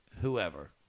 Whoever